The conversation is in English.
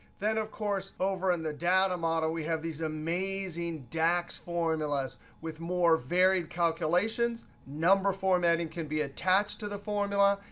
then, of course, over on and the data model, we have these amazing dax formulas with more varied calculations. number formatting can be attached to the formula,